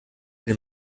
den